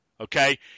Okay